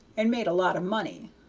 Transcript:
and made a lot of money,